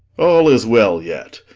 all is well yet.